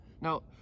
Now